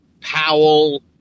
Powell